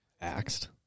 Axed